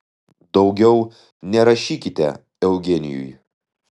daugiau nerašykite eugenijui